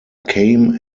came